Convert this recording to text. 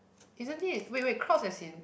isn't it wait wait cross as in